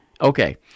Okay